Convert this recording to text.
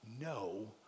no